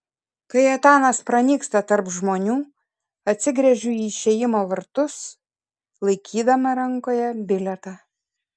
kai etanas pranyksta tarp žmonių atsigręžiu į išėjimo vartus laikydama rankoje bilietą